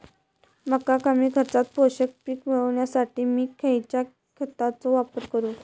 मका कमी खर्चात पोषक पीक मिळण्यासाठी मी खैयच्या खतांचो वापर करू?